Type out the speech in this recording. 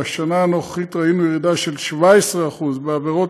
בשנה הנוכחית ראינו ירידה של 17% בעבירות